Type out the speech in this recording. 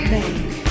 make